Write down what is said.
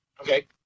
Okay